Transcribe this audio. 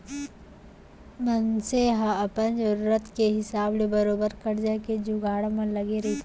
मनसे ह अपन जरुरत के हिसाब ले बरोबर करजा के जुगाड़ म लगे रहिथे